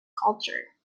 culture